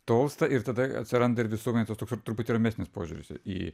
tolsta ir tada atsiranda ir visuomenės tas toks truputį ramesnis požiūris į